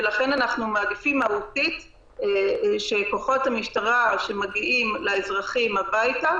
ולכן אנחנו מעדיפים מהותית שכוחות המשטרה שמגיעים אל האזרחים הביתה,